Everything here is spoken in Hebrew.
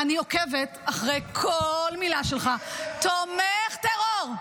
אני עוקבת אחרי כל מילה שלך ------ יושב-ראש --- תומך טרור.